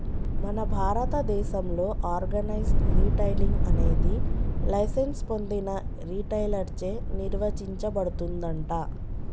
మన భారతదేసంలో organise retailing అనేది లైసెన్స్ పొందిన రిటైలర్ చే నిర్వచించబడుతుందంట